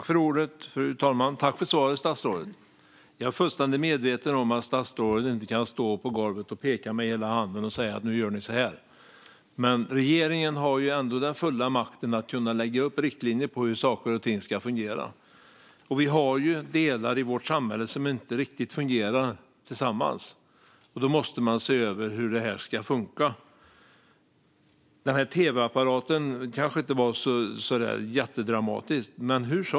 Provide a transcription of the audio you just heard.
Fru talman! Jag tackar statsrådet för svaret. Jag är fullständigt medveten om att statsrådet inte kan stå och peka med hela handen och säga vad som ska göras. Men regeringen har ändå den fulla makten att lägga upp riktlinjer för hur saker och ting ska fungera. Det finns delar i vårt samhälle som inte riktigt fungerar tillsammans, och då måste man se över hur de ska funka. Det kanske inte var så jättedramatiskt med tv-apparaten.